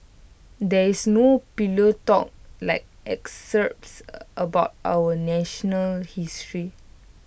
there is no pillow talk like excerpts about our national history